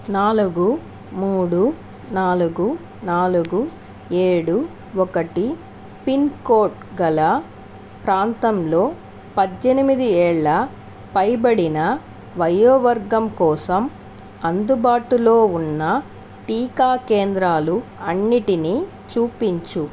నాలుగు మూడు నాలుగు నాలుగు ఏడు ఒకటి పిన్కోడ్ గల ప్రాంతంలో పద్దెనిమిది ఏళ్ల పైబడిన వయోవర్గం కోసం అందుబాటులో ఉన్న టీకా కేంద్రాలు అన్నిటినీ చూపించు